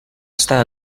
està